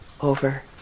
over